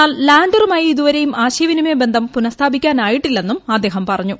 എന്നാൽ ലാൻഡറുമായി ഇതുവരെയും ആശയവിനിമയ ബന്ധം പുനസ്ഥാപിക്കാനായിട്ടില്ലെന്നും അദ്ദേഹം പറഞ്ഞു